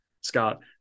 Scott